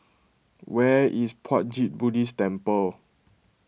where is Puat Jit Buddhist Temple